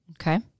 Okay